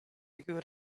good